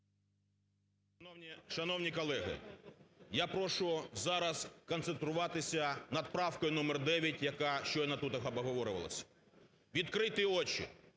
Шановні колеги! Я прошу зараз сконцентруватися над правкою номер 9, яка щойно тут обговорювалась. Відкрийте очі!